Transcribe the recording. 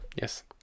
Yes